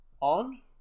on